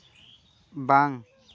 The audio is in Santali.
ᱵᱟᱝ